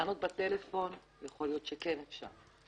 לענות לטלפון, יכול להיות שכן אפשר.